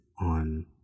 on